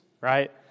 right